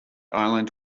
island